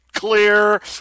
clear